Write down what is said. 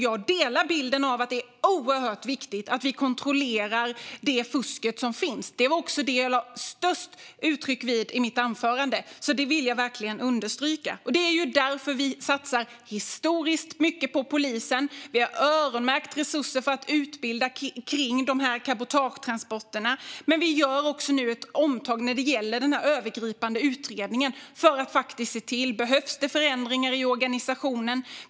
Jag delar bilden av att det är oerhört viktigt att vi kontrollerar det fusk som finns. Det var också det jag lade störst vikt vid i mitt anförande, så det vill jag verkligen understryka. Det är därför vi satsar historiskt mycket på polisen. Vi har öronmärkt resurser för att utbilda om cabotagetransporterna. Vi gör nu också ett omtag när det gäller den övergripande utredningen för att se: Behövs det förändringar i organisationen?